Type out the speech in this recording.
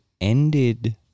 ended